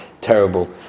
terrible